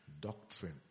doctrine